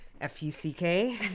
F-U-C-K